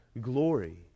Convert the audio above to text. glory